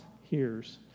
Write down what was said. hears